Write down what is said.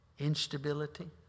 Instability